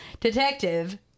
Detective